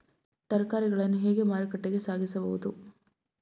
ತರಕಾರಿಗಳನ್ನು ಹೇಗೆ ಮಾರುಕಟ್ಟೆಗೆ ಸಾಗಿಸಬಹುದು?